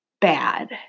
bad